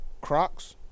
Crocs